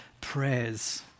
prayers